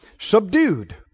subdued